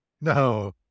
No